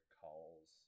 calls